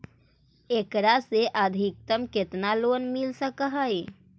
एकरा से अधिकतम केतना लोन मिल सक हइ?